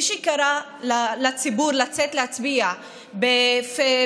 מי שקרא לציבור לצאת להצביע